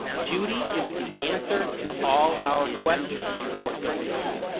judy is the answer to all our questions or so we hope.